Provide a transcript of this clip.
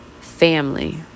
family